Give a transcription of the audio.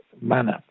manner